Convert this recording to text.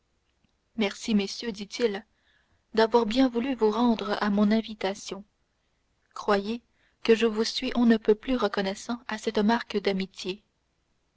merci messieurs dit-il d'avoir bien voulu vous rendre à mon invitation croyez que je vous suis on ne peut plus reconnaissant de cette marque d'amitié